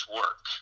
work